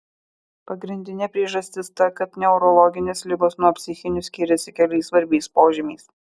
pagrindinė priežastis ta kad neurologinės ligos nuo psichinių skiriasi keliais svarbiais požymiais